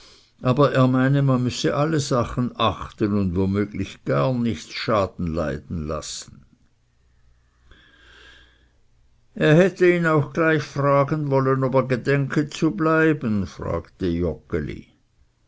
aber er meine man müsse alle sachen achten und womöglich gar nichts schaden leiden lassen er hätte ihn auch gleich fragen wollen ob er gedenke zu bleiben fragte